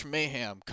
Mayhem